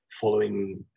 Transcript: following